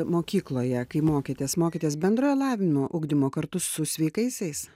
mokykloje kai mokytės mokėtės bendrojo lavinimo ugdymo kartu su sveikaisiais